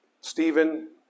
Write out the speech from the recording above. Stephen